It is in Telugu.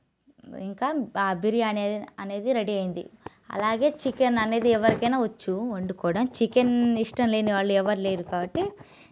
ఇంకా ఆ బిర్యానీ అనే అనేది రెడీ అయింది అలాగే చికెన్ అనేది ఎవరికైనా వచ్చు వండుకోవడం చికెన్ ఇష్టం లేని వాళ్ళు ఎవరు లేరు కాబట్టి